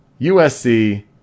USC